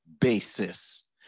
basis